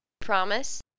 Promise